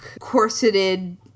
corseted